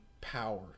power